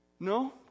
No